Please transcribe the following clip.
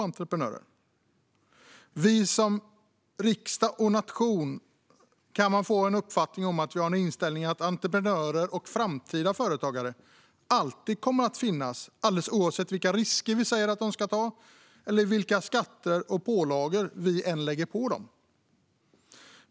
Men man kan få intrycket att vi som riksdag och nation har inställningen att entreprenörer och framtida företagare alltid kommer att finnas, alldeles oavsett vilka risker vi säger att de ska ta och vilka skatter och pålagor vi än lägger på dem.